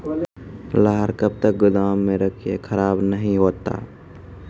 लहार कब तक गुदाम मे रखिए खराब नहीं होता?